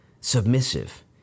submissive